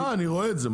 אני רואה את זה,